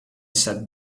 sat